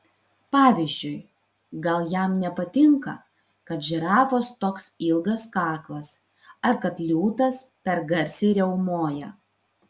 pavyzdžiui gal jam nepatinka kad žirafos toks ilgas kaklas ar kad liūtas per garsiai riaumoja